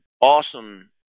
awesome